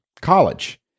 college